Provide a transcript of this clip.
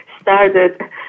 started